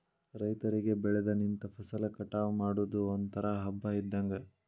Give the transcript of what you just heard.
ರೈತರಿಗೆ ಬೆಳದ ನಿಂತ ಫಸಲ ಕಟಾವ ಮಾಡುದು ಒಂತರಾ ಹಬ್ಬಾ ಇದ್ದಂಗ